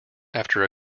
after